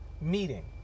meeting